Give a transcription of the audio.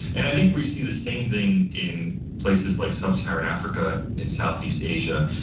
and i think we see the same thing in places like sub-saharan africa, in southeast asia,